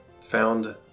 found